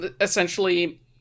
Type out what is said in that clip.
essentially